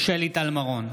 שלי טל מירון,